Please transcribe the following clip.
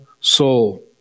soul